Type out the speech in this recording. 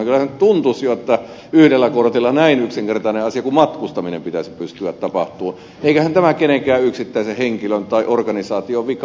kyllähän se tuntuisi jo että yhdellä kortilla näin yksinkertaisen asian kuin matkustamisen pitäisi pystyä tapahtumaan eikähän tämä kenenkään yksittäisen henkilön tai organisaation vika ole